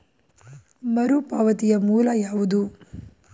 ಮರುಪಾವತಿಯ ಮೂಲ ಯಾವುದು?